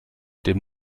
dem